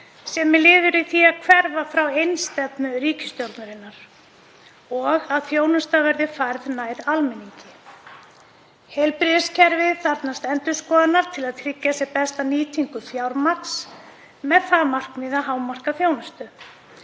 sem er liður í því að hverfa frá einstefnu ríkisstjórnarinnar, og að þjónusta verði færð nær almenningi. Heilbrigðiskerfið þarfnast endurskoðunar til að tryggja sem besta nýtingu fjármagns, með það að markmiði að hámarka þjónustu.